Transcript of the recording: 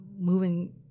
moving